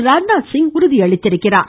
ராஜ்நாத் சிங் உறுதியளித்துள்ளார்